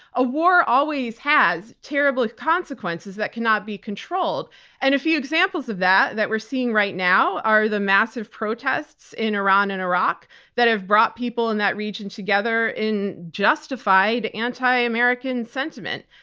a war always has terrible consequences that cannot be controlled and a few examples of that, that we're seeing right now are the massive protests in iran and iraq that have brought people in that region together in justified anti-american sentiment.